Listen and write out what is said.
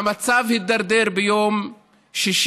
שהמפכ"ל והשר לביטחון הפנים עד היום מכנים אותו מחבל,